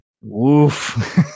Woof